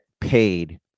paid